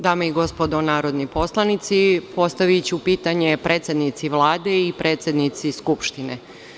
Dame i gospodo narodni poslanici, postaviću pitanje predsednici Vlade i predsednici Skupštine.